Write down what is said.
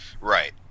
Right